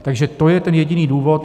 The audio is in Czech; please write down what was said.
Takže to je ten jediný důvod.